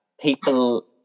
people